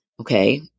okay